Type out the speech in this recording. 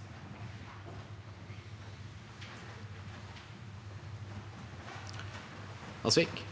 for saken):